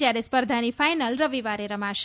જ્યારે સ્પર્ધાની ફાઇનલ રવિવારે રમાશે